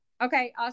okay